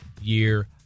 Year